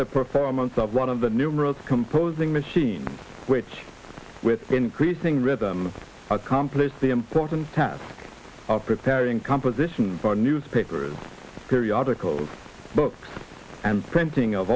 of one of the numerous composing machines which with increasing rhythm accomplish the important task of preparing composition for newspapers periodicals books and printing of